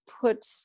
put